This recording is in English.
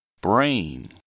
Brain